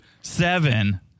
seven